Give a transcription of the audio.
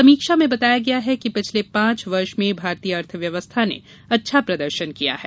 समीक्षा में बताया गया है कि पिछले पांच वर्ष में भारतीय अर्थव्यवस्था ने अच्छा प्रदर्शन किया है